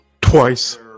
twice